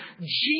Jesus